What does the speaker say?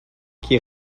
qui